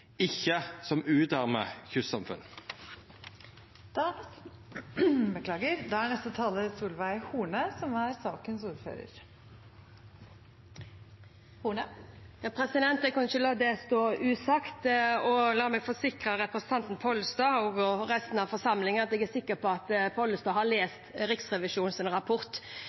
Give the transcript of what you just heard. Jeg kan ikke la det stå uimotsagt. La meg forsikre representanten Pollestad og resten av forsamlingen om at jeg er sikker på at Pollestad har lest Riksrevisjonens rapport.